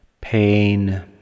Pain